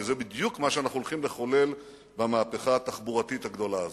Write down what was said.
וזה בדיוק מה שאנחנו הולכים לחולל במהפכה התחבורתית הגדולה הזאת.